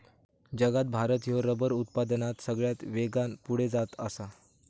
जगात भारत ह्यो रबर उत्पादनात सगळ्यात वेगान पुढे जात आसा